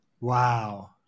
wow